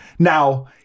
Now